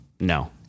no